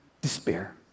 despair